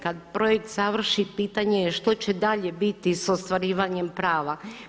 Kada projekt završi pitanje je što će dalje biti sa ostvarivanjem prava.